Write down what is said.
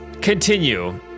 continue